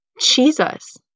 Jesus